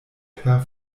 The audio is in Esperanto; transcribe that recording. per